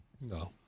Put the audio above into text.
No